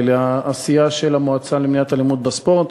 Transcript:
לעשייה של המועצה למניעת אלימות בספורט,